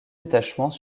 détachements